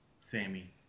Sammy